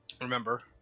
remember